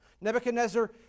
Nebuchadnezzar